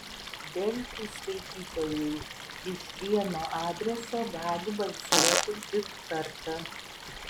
delfi skaitytojai iš vieno adreso gali balsuoti tik kartą